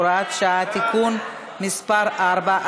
הוראת שעה) (תיקון מס' 4),